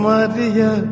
Maria